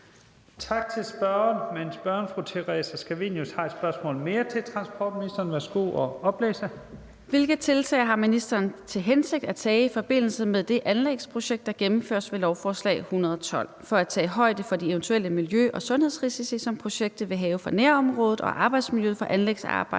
til transportministeren. Kl. 15:58 Spm. nr. S 769 23) Til transportministeren af: Theresa Scavenius (UFG): Hvilke tiltag har ministeren til hensigt at tage i forbindelse med det anlægsprojekt, der gennemføres med lovforslag nr. L 112, for at tage højde for de eventuelle miljø- og sundhedsrisici, som projektet vil have for nærområdet og arbejdsmiljøet for anlægsarbejderne